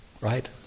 Right